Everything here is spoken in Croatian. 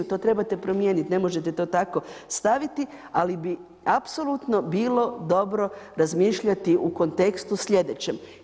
To trebate promijeniti, ne možete to tako staviti ali bi apsolutno bilo dobro razmišljati u kontekstu sljedećem.